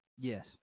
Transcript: Yes